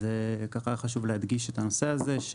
אז ככה היה חשוב להדגיש את הנושא הזה.